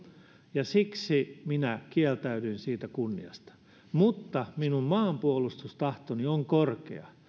ja siksi minä kieltäydyin siitä kunniasta mutta minun maanpuolustustahtoni on korkea